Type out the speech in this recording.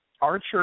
Archer